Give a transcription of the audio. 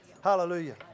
Hallelujah